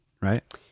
right